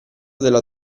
della